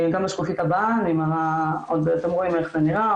גם בשקופית הבאה רואים איך זה נראה,